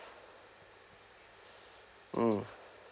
mm